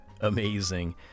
amazing